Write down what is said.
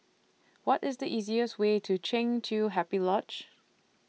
What IS The easiest Way to Kheng Chiu Happy Lodge